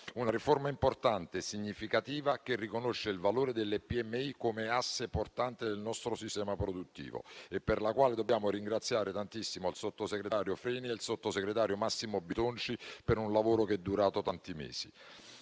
Una riforma importante e significativa, che riconosce il valore delle piccole e medie imprese come asse portante del nostro sistema produttivo e per la quale dobbiamo ringraziare tantissimo il sottosegretario Freni e il sottosegretario Massimo Bitonci per un lavoro che è durato tanti mesi.